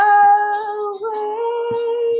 away